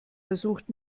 versucht